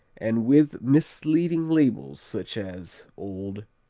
and with misleading labels such as old,